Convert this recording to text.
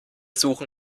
suchen